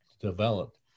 developed